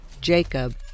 Jacob